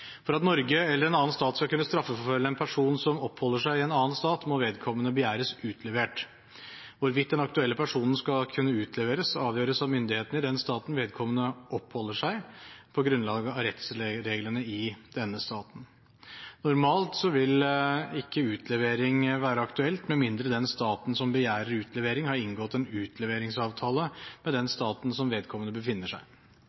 For at Norge eller en annen stat skal kunne straffeforfølge en person som oppholder seg i en annen stat, må vedkommende begjæres utlevert. Hvorvidt den aktuelle personen skal kunne utleveres, avgjøres av myndighetene i den staten vedkommende oppholder seg, på grunnlag av rettsreglene i denne staten. Normalt vil ikke utlevering være aktuelt med mindre den staten som begjærer utlevering, har inngått en utleveringsavtale med den staten hvor vedkommende befinner seg.